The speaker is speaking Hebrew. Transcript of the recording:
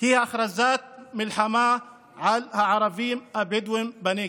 היא הכרזת מלחמה על הערבים הבדואים בנגב.